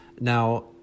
Now